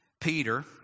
peter